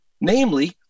Namely